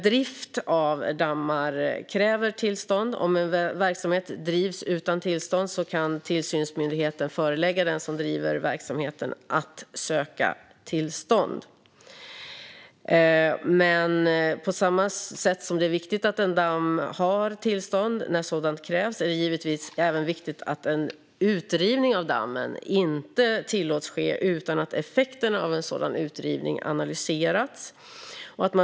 Drift av dammar kräver tillstånd. Om en verksamhet drivs utan tillstånd kan tillsynsmyndigheten förelägga den som driver verksamheten att söka tillstånd. På samma sätt som det är viktigt att det finns tillstånd för en damm när sådant krävs är det givetvis även viktigt att en utrivning av dammen inte tillåts ske utan att effekterna av en sådan utrivning analyserats.